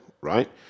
right